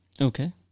Okay